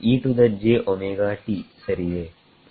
e to the j omega t ಸರಿಯೇ